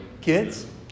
Kids